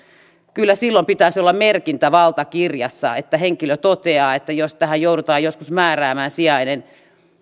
kyllä silloin pitäisi olla merkintä valtakirjassa että henkilö toteaa että jos tähän tehtävään joudutaan joskus määräämään sijainen